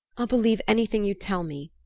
i'll believe anything you tell me,